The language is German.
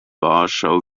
warschau